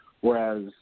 whereas